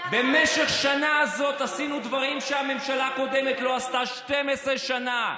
במשך השנה הזאת עשינו דברים שהממשלה הקודמת לא עשתה 12 שנה.